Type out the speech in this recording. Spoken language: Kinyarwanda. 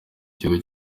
kigo